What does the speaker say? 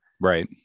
Right